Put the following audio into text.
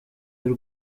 y’u